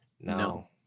no